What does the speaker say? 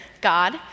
God